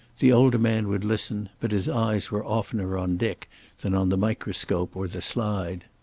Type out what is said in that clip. the older man would listen, but his eyes were oftener on dick than on the microscope or the slide.